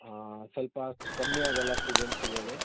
ಸ್ವಲ್ಪ ಕಮ್ಮಿ ಆಗಲ್ವಾ ಸ್ಟೂಡೆಂಟ್ಸಿಗೇಳಿ